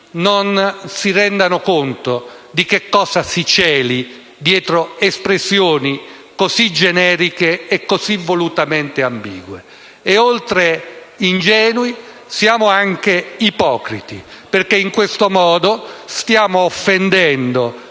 non si rendano conto di cosa si celi dietro espressioni così generiche e così volutamente ambigue. Ed oltre che ingenui, siamo anche ipocriti, perché in questo modo stiamo offendendo